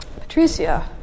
Patricia